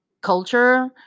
culture